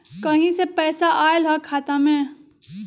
कहीं से पैसा आएल हैं खाता में?